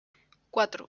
cuatro